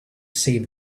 save